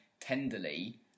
tenderly